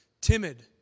timid